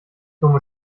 dumme